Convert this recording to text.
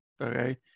okay